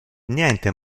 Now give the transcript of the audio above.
niente